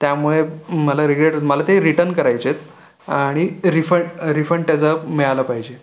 त्यामुळे मला रिग्रेट होतं मला ते रिटर्न करायचे आहेत आणि रिफंड रिफंड त्याचा मिळाला पाहिजे